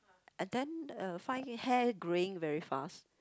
and then uh find hair greying very fast